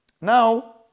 Now